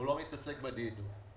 הוא לא מתעסק בדילים.